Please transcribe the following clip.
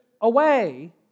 away